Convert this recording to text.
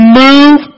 move